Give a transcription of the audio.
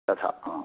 तथा हा